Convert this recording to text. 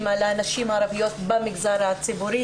על הנשים הערביות במגזר הציבורי.